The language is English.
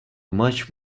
much